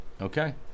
Okay